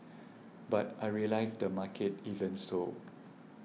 but I realised the market isn't so